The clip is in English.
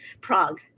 Prague